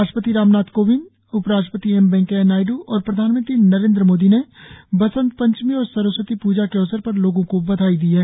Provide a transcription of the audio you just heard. राष्ट्रपति रामनाथ कोविड उपराष्ट्रपति एम वेंकैया नायड्र और प्रधानमंत्री नरेंद्र मोदी ने बसंत पंचमी और सरस्वती प्रजा के अवसर पर लोगों को बधाई दी है